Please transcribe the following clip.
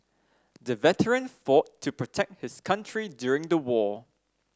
the veteran fought to protect his country during the war